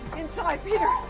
inside peter,